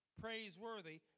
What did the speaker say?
praiseworthy